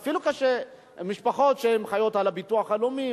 אפילו משפחות שחיות על הביטוח הלאומי,